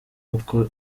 uko